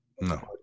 No